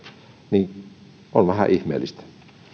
niin on vähän ihmeellistä